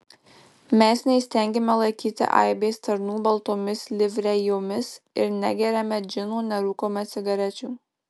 mes neįstengiame laikyti aibės tarnų baltomis livrėjomis ir negeriame džino nerūkome cigarečių